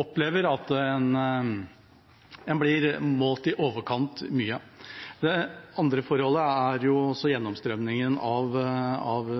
opplever at man blir målt i overkant mye. Det andre forholdet er gjennomstrømmingen av